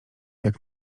jak